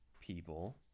people